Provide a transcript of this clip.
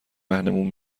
رهنمون